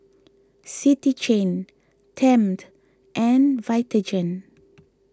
City Chain Tempt and Vitagen